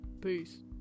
peace